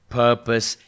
purpose